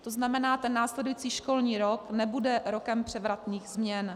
To znamená, ten následující školní rok nebude rokem převratných změn.